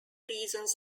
reasons